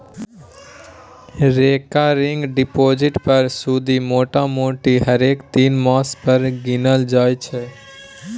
recurring deposit पर सुदि मोटामोटी हरेक तीन मास पर गिनल जाइ छै